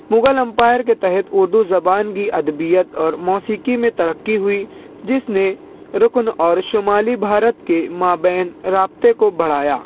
Mughal empire کے تحت اردو زبان کی ادبیت اور موسیقی میں ترقی ہوئی جس نے رکن اور شمالی بھارت کے مابین رابطے کو بڑھایا